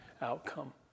outcome